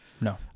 No